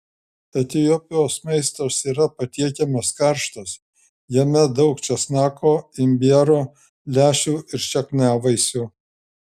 etiopijos maistas yra patiekiamas karštas jame daug česnako imbiero lęšių ir šakniavaisių